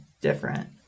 different